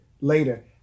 later